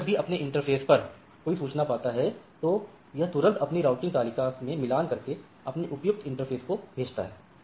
router जब भी अपने इंटरफ़ेस पर कोई सूचना पाता है तो यह तुरंत अपनी राउटिंग तालिका में मिलान करके अपने उपयुक्त इंटरफ़ेस को भेजता है